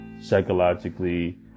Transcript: psychologically